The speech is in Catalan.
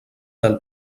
del